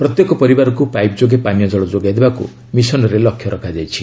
ପ୍ରତ୍ୟେକ ପରିବାରକୁ ପାଇପ୍ ଯୋଗେ ପାନୀୟ ଜଳ ଯୋଗାଇ ଦେବାକୁ ମିଶନ୍ରେ ଲକ୍ଷ୍ୟ ରଖାଯାଇଛି